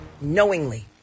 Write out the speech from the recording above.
knowingly